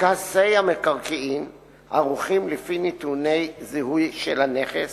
פנקסי המקרקעין ערוכים לפי נתוני זיהוי של הנכס,